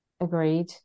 Agreed